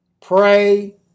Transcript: Pray